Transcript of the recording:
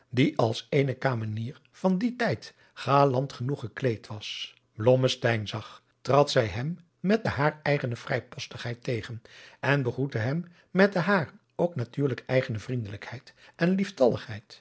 die als eene kamenier van dien tijd galant genoeg gekleed was blommesteyn zag trad zij hem met de haar eigene vrijpostigheid tegen en begroette hem met de haar ook natuurlijk eigene vriendelijkheid en lieftalligheid